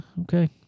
okay